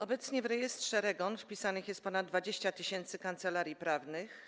Obecnie w rejestrze REGON wpisanych jest ponad 20 tys. kancelarii prawnych.